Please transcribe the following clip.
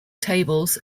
tables